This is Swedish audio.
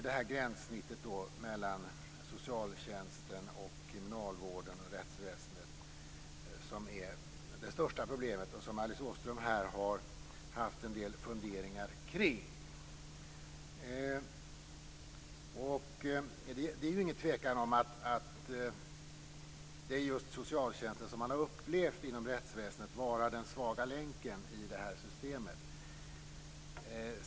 Det är då gränssnittet mellan socialtjänsten, kriminalvården och rättsväsendet som är det största problemet. Alice Åström har här haft en del funderingar kring detta. Det är ingen tvekan om att man inom rättsväsendet har upplevt just socialtjänsten som den svaga länken i systemet.